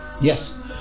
Yes